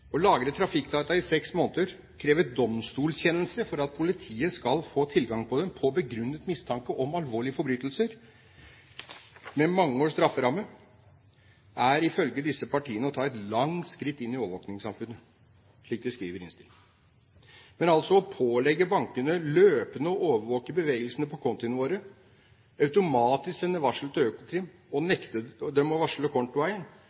Å lagre trafikkdata i seks måneder, å kreve domstolskjennelse for at politiet skal få tilgang til dem på begrunnet mistanke om alvorlige forbrytelser med mange års strafferamme, er ifølge disse partiene å ta et langt skritt inn i overvåkningssamfunnet, slik de skriver i innstillingen. Men å pålegge bankene løpende å overvåke bevegelsene på kontiene våre, automatisk sende varsel til Økokrim og